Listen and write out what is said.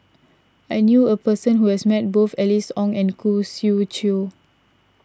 I knew a person who has met both Alice Ong and Khoo Swee Chiow